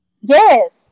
Yes